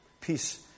peace